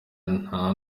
nta